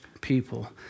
people